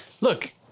Look